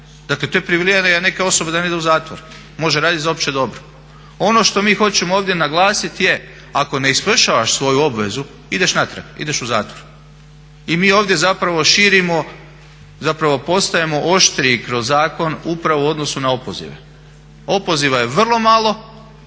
dakle to je privilegija neke osobe da ne ide u zatvor, može raditi za opće dobro. Ono što mi hoćemo ovdje naglasiti je, ako ne izvršavaš svoju obvezu ideš natrag, ideš u zatvor. I mi ovdje zapravo širimo, zapravo postajemo oštriji kroz zakon upravo u odnosu na opozive. Opoziva je vrlo malo